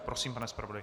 Prosím, pane zpravodaji.